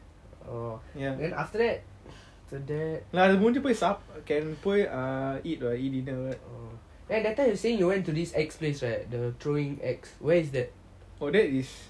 ya then after that இல்ல அது முடிஞ்சிப்போய் சாப்பிட்டு:illa athu mudinjipoi saptu can go and eat dinner eh